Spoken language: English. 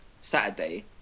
Saturday